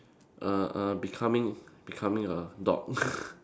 err err becoming becoming a dog